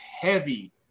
heavy